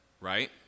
right